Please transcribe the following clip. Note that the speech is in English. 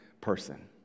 person